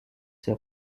ses